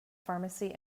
pharmacy